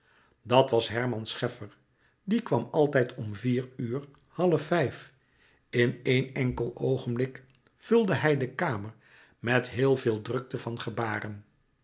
dat was herman scheffer die kwam altijd om vier uur half vijf in éen enkel oogenblik vulde hij de kamer met heel veel drukte van gebaren